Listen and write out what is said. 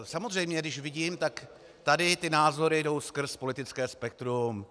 Samozřejmě když to vidím, tak tady názory jdou skrz politické spektrum.